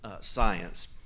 science